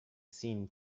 scene